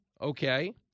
okay